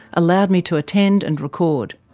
allowed me to attend and record.